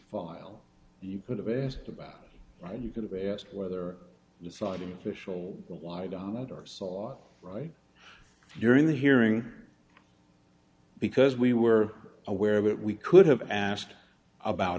file you could have asked about you could have asked whether deciding official relied on the door saw right during the hearing because we were aware of it we could have asked about